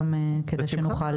כדי שנוכל